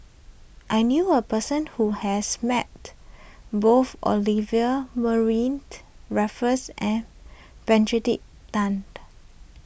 I knew a person who has met both Olivia Mariamne Raffles and Tan